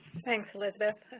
thanks, elizabeth.